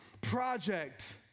project